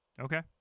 Okay